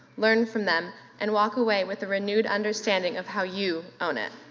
learn from them and walk away with a renewed understanding of how you own it.